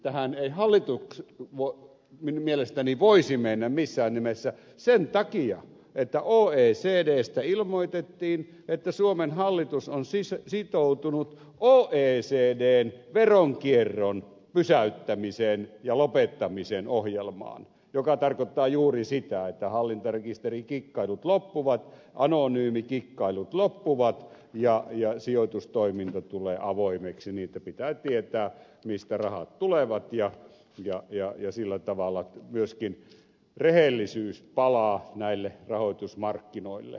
siihen ei hallitus mielestäni voisi mennä missään nimessä sen takia että oecdstä ilmoitettiin että suomen hallitus on sitoutunut oecdn veronkierron pysäyttämisen ja lopettamisen ohjelmaan mikä tarkoittaa juuri sitä että hallintarekisterikikkailut loppuvat anonyymikikkailut loppuvat ja sijoitustoiminta tulee avoimeksi niin että pitää tietää mistä rahat tulevat ja sillä tavalla myöskin rehellisyys palaa näille rahoitusmarkkinoille sijoitusmarkkinoille